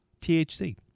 THC